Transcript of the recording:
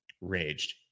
raged